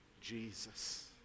Jesus